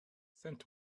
saint